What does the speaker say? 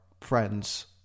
friends